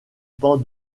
pan